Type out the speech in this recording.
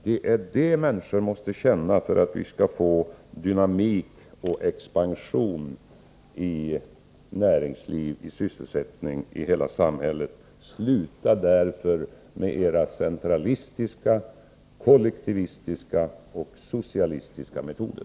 Det är det som människorna måste känna, om vi skall få dynamik och expansion i näringslivet och sysselsättning i hela samhället. Sluta därför med era centralistiska, kollektivistiska och socialistiska metoder!